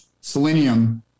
selenium